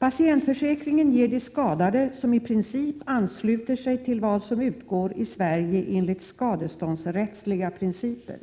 Patientförsäkringen ger de skadade ersättningar, som i princip ansluter sig till vad som utgår i Sverige enligt skadeståndsrättsliga principer.